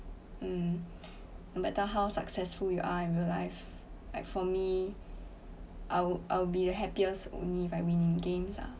um no matter how successful you are in real life like for me I'll I'll be the happiest only if I win games ah